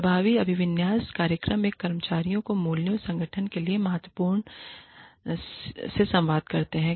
प्रभावी अभिविन्यास कार्यक्रम नए कर्मचारियों को मूल्यों संगठन के लिए महत्वपूर्ण से संवाद करते हैं